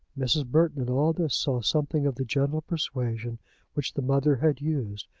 mrs. burton in all this saw something of the gentle persuasion which the mother had used,